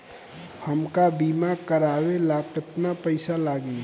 हमका बीमा करावे ला केतना पईसा लागी?